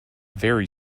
very